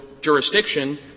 jurisdiction